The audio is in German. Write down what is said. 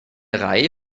reihe